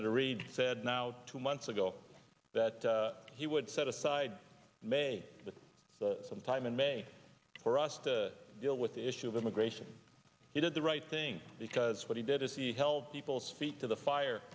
ator reid said now two months ago that he would set aside may that sometime in may for us to deal with the issue of immigration he did the right thing because what he did is he helped people speak to the fire